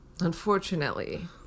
Unfortunately